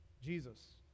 Jesus